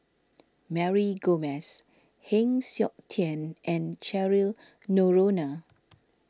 Mary Gomes Heng Siok Tian and Cheryl Noronha